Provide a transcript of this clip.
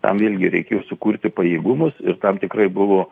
tam vėlgi reikėjo sukurti pajėgumus ir tam tikrai buvo